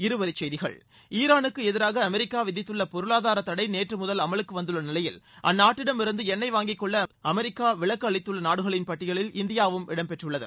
இருவரி செய்திகள் ஈரானுக்கு எதிராக அமெரிக்கா விதித்துள்ள பொருளாதார தடை நேற்று முதல் அமலுக்கு வந்துள்ள நிலையில் அந்நாட்டிடமிருந்து எண்ணெய் வாங்கிக் கொள்ள அமெரிக்கா விலக்கு அளித்துள்ள நாடுகளின் பட்டியலில் இந்தியாவும் இடம்பெற்றுள்ளது